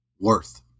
Worth